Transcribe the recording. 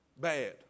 Bad